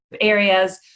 areas